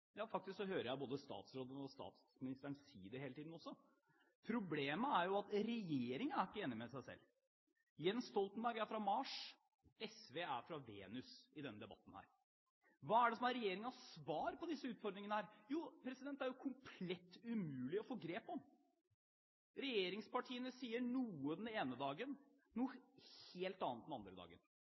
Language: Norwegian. Ja, faktisk hører jeg både statsråden og statsministeren si det hele tiden også. Problemet er jo at regjeringen ikke er enig med seg selv. Jens Stoltenberg er fra Mars, SV er fra Venus i denne debatten. Hva er det som er regjeringens svar på disse utfordringene? Det er jo komplett umulig å få grep om. Regjeringspartiene sier noe den ene dagen – noe helt annet den andre dagen.